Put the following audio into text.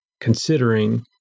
considering